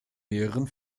mehreren